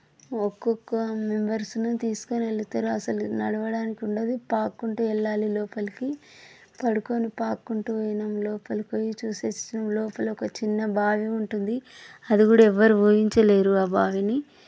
ఒక్కొక్క మెంబర్స్ని తీసుకొని వెళతారు అసలు నడవడానికి ఉండదు పాక్కుంటూ వెళ్ళాలి లోపలికి పడుకోని పాక్కుంటూ లోపలికి పోయి చూసొచ్చినాం లోపల ఒక చిన్న బావి ఉంటుంది అది కూడా ఎవ్వరు ఊహించలేరు ఆ బావిని